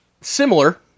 similar